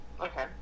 Okay